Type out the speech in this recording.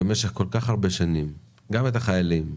במשך כל כך הרבה שנים גם את החיילים,